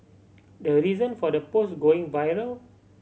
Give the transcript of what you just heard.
the reason for the post going viral